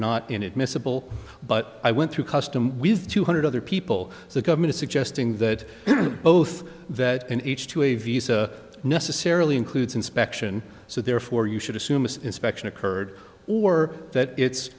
not inadmissible but i went through custom with two hundred other people the government suggesting that both that and each to a visa necessarily includes inspection so therefore you should assume inspection occurred or that it's